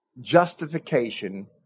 justification